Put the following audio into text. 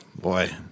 boy